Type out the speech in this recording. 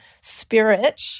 spirit